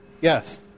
Yes